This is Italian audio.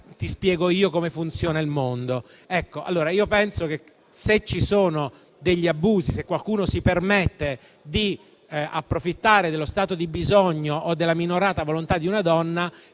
e spiegandole come funziona il mondo. Se ci sono degli abusi, se qualcuno si permette di approfittare dello stato di bisogno o della minorata volontà di una donna,